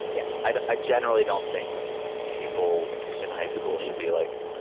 yeah i ah generally don't think people in high school should be, like,